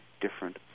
different